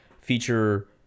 feature